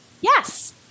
yes